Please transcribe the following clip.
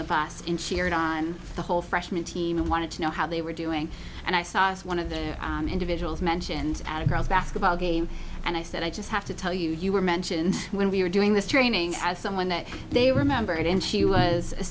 the bus and cheered on the whole freshman team and wanted to know how they were doing and i saw us one of the individuals mentioned at a girls basketball game and i said i just have to tell you you were mentioning when we were doing this training as someone that they remembered and she was a